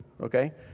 Okay